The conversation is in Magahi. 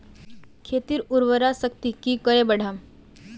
खेतीर उर्वरा शक्ति की करे बढ़ाम?